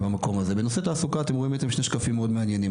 בנושא תעסוקה, אתם רואים שתי תמונות מעניינות.